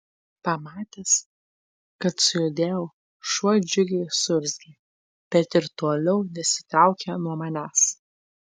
pamatęs kad sujudėjau šuo džiugiai suurzgė bet ir toliau nesitraukė nuo manęs